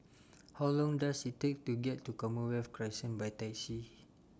How Long Does IT Take to get to Commonwealth Crescent By Taxi